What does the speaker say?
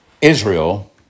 Israel